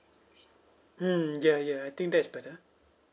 mm ya ya I think that is better